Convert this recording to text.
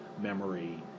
memory